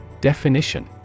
Definition